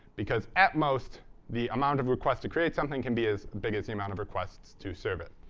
because at most the amount of requests to create something can be as big as the amount of requests to serve it.